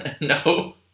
No